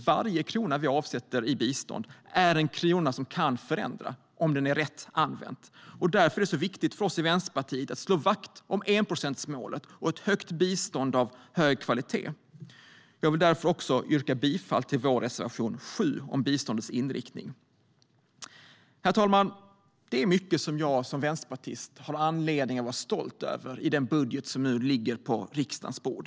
Varje krona vi avsätter i bistånd är en krona som kan förändra om den används rätt. Därför är det så viktigt för oss i Vänsterpartiet att slå vakt om enprocentsmålet och ett högt bistånd av hög kvalitet. Jag vill därför yrka bifall till vår reservation 7 om biståndets inriktning. Herr talman! Det är mycket som jag som vänsterpartist kan vara stolt över i den budget som nu ligger på riksdagens bord.